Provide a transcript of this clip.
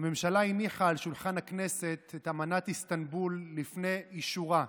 הממשלה הניחה על שולחן הכנסת את אמנת איסטנבול לפני אישורה בממשלה.